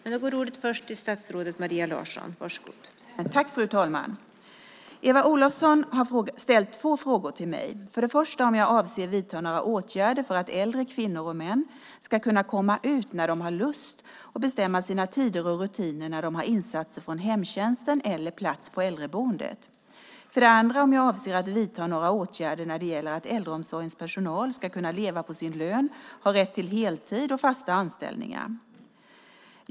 För det första har hon frågat om jag avser att vidta några åtgärder för att äldre kvinnor och män ska kunna komma ut när de har lust och bestämma sina tider och rutiner när de har insatser från hemtjänsten eller plats på äldreboende. För det andra har hon frågat om jag avser att vidta några åtgärder när det gäller att äldreomsorgens personal ska kunna leva på sin lön, ha rätt till heltid och fasta anställningar.